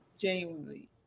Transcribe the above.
genuinely